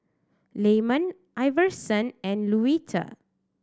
Lyman Iverson and Luetta